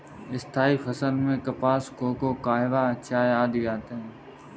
स्थायी फसल में कपास, कोको, कहवा, चाय आदि आते हैं